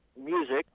Music